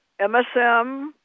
MSM